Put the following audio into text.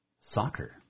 soccer